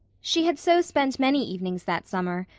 she had so spent many evenings that summer,